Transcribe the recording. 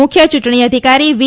મુખ્ય ચૂંટણી અધિકારી વી